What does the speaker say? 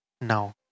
now